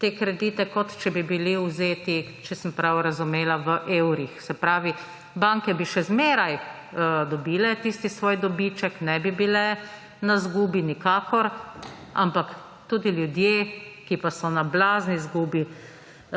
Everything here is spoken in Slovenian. te kredite, kot če bi bili vzeti ‒ če sem prav razumela – v evrih. Se pravi, banke bi še zmeraj dobile tisti svoj dobiček, ne bi bile na izgubi nikakor, ampak tudi ljudem, ki pa so na blazni izgubi,